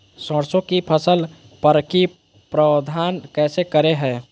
सरसों की फसल पर की प्रबंधन कैसे करें हैय?